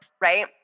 Right